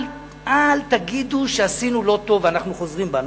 אל תגידו שעשינו לא טוב ואנחנו חוזרים בנו.